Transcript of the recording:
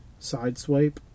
Sideswipe